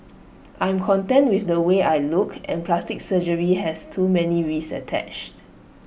I'm content with the way I look and plastic surgery has too many risks attached